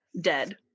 dead